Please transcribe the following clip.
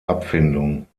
abfindung